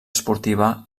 esportiva